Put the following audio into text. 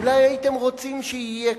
הייתם רוצים שיהיה כך,